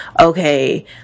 okay